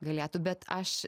galėtų bet aš